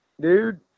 dude